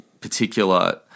particular